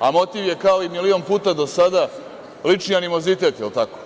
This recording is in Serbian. a motiv je kao i milion puta do sada lični animozitet, jel tako?